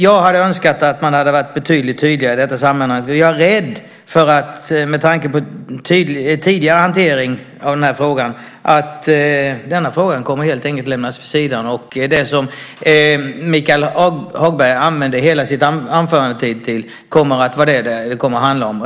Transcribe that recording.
Jag hade önskat att man hade varit betydligt tydligare i det här sammanhanget. Jag är rädd, med tanke på tidigare hantering av den här frågan, för att den här frågan helt enkelt kommer att lämnas vid sidan. Det som Michael Hagberg använde hela sin anförandetid till kommer att vara det som allt kommer att handla om.